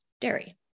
dairy